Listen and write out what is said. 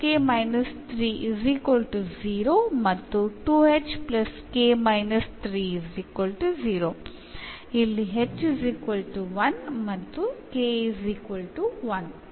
ആകുന്ന വിധം എന്നിവ തെരഞ്ഞെടുക്കുന്നു